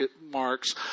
marks